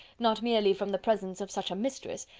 not merely from the presence of such a mistress,